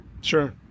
Sure